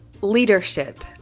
leadership